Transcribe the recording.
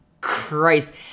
Christ